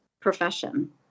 profession